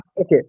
okay